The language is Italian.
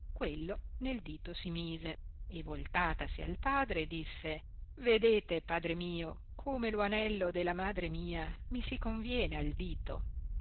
quello nel dito si mise e voltatasi al padre disse vedete padre mio come lo anello della madre mia mi si conviene al dito